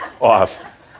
off